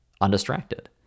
undistracted